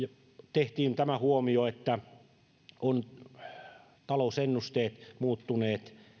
tehtiin tämä huomio että talousennusteet ovat muuttuneet